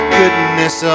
goodness